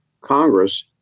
Congress